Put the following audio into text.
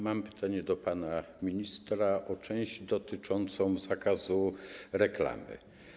Mam pytanie do pana ministra o część dotyczącą zakazu reklamy.